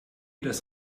das